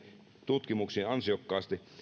tutkimuksiin ansiokkaasti